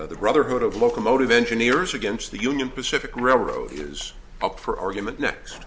the brotherhood of locomotive engineers against the union pacific railroad is up for argument next